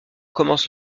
commence